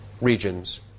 regions